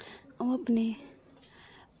अ'ऊं अपने